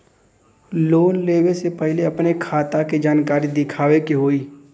Loan लेवे से पहिले अपने खाता के जानकारी दिखावे के होई?